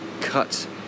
cut